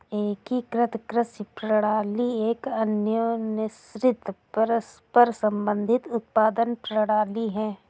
एकीकृत कृषि प्रणाली एक अन्योन्याश्रित, परस्पर संबंधित उत्पादन प्रणाली है